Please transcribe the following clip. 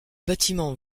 bâtiment